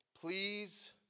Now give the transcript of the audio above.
Please